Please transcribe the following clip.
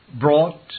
brought